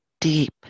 deep